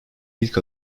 ilk